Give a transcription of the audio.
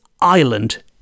island